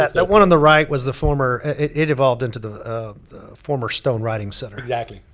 that that one on the right was the former. it it evolved into the the former stone writing center. exactly,